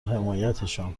حمایتشان